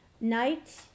night